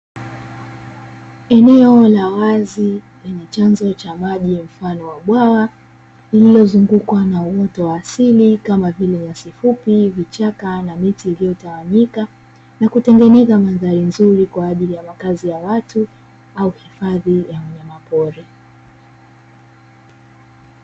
Eneo la wazi lenye chanzo cha maji mfano wa bwawa, lililozunguka uoto wa asili, kama vile: nyasi fupi, vichaka na miti iliyotawanyika, na kutengeneza mandhari nzuri kwa ajili ya makazi ya watu au hifadhi ya wanyamapori.